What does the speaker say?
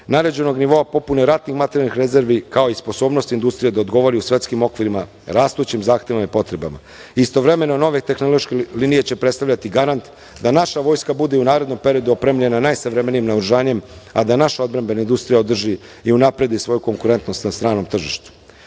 naređenog nivoa popune ratnih materijalnih rezervi, kao i sposobnosti industrije da odgovori u svetskim okvirima, rastućim zahtevima i potrebama. Istovremeno, nove tehnološke linije će predstavljati garant da naša vojska bude i u narednom periodu opremljena najsavremenijim naoružanjem, a da naša odbrambena industrija održi i unapredi svoju konkurentnost na stranom